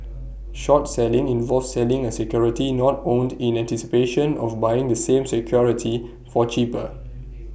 short selling involves selling A security not owned in anticipation of buying the same security for cheaper